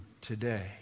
today